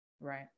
Right